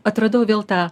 atradau vėl tą